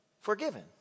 forgiven